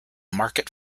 market